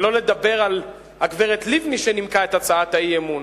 שלא לדבר על הגברת לבני שנימקה את הצעת האי-אמון.